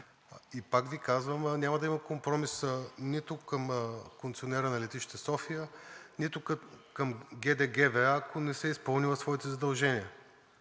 и пак Ви казвам, няма да има компромис нито към концесионера на летище София, нито към ГД ГВА, ако не си е изпълнила своите задължения.